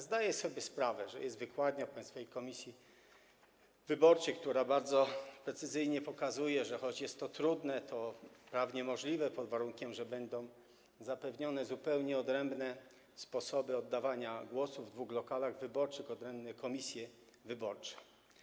Zdaję sobie sprawę, że jest wykładnia Państwowej Komisji Wyborczej, która bardzo precyzyjnie określa, że choć jest to trudne, to prawnie możliwe, pod warunkiem że będą zapewnione zupełnie odrębne sposoby oddawania głosów w dwóch lokalach wyborczych, odrębne komisje wyborcze.